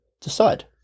decide